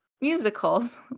musicals